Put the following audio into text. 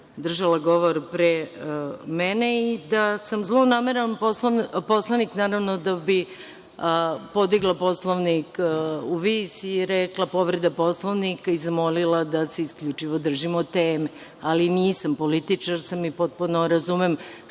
držala govor pre mene i da sam zlonameran poslanik, naravno da bih podigla Poslovnik u vis i rekla – povreda Poslovnika i zamolila da se isključivo držimo teme. Ali nisam, političar sam i potpuno razumem šta